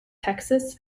texas